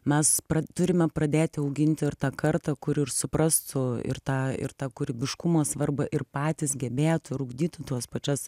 mes turime pradėti auginti ir tą kartą kuri ir suprastų ir tą ir tą kūrybiškumo svarbą ir patys gebėtų ir ugdytų tuos pačias